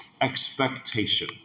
expectation